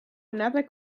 another